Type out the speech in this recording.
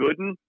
Gooden